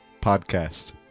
podcast